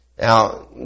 Now